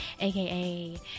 aka